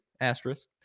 asterisk